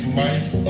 life